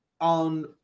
on